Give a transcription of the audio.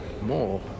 More